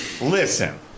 Listen